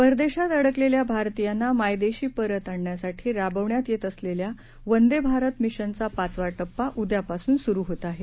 परदेशात अडकलेल्या भारतियांना मायदेशी परत आणण्यासाठी राबवण्यात येत असलेल्या वंदे भारत मिशनचा पाचवा टप्पा उद्यापासून सुरू होत आहे